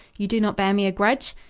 you do not bear me a grudge?